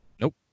Nope